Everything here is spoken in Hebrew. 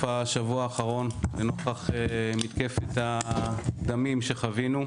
השבוע האחרון נוכח מתקפת הדמים שחווינו.